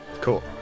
Cool